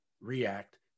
react